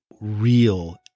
real